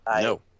No